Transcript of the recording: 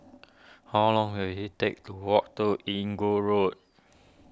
how long will it take to walk to Inggu Road